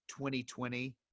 2020